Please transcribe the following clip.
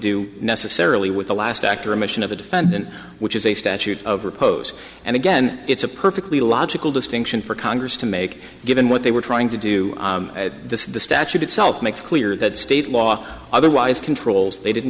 do necessarily with the last act remission of a defendant which is a statute of repose and again it's a perfectly logical distinction for congress to make given what they were trying to do this the statute itself makes clear that state law otherwise controls they didn't